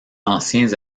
anciens